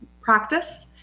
practice